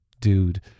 dude